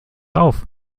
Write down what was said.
auf